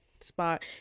spot